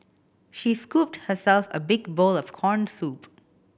she scooped herself a big bowl of corn soup